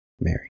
Mary